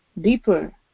deeper